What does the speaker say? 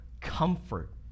comfort